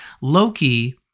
Loki